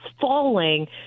falling